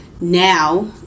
now